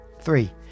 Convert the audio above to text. three